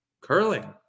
curling